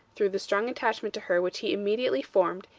through the strong attachment to her which he immediately formed,